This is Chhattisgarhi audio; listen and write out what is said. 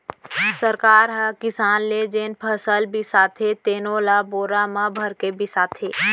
सरकार ह किसान ले जेन फसल बिसाथे तेनो ल बोरा म भरके बिसाथे